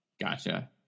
gotcha